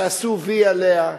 תעשו "וי" עליה,